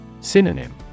Synonym